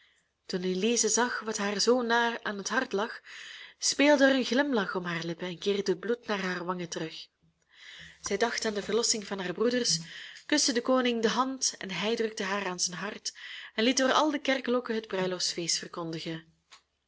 toen elize zag wat haar zoo na aan het hart lag speelde er een glimlach om haar lippen en keerde het bloed naar haar wangen terug zij dacht aan de verlossing van haar broeders kuste den koning de hand en hij drukte haar aan zijn hart en liet door al de kerkklokken het bruiloftsfeest verkondigen